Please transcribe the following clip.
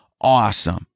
awesome